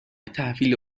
تحویل